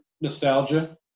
nostalgia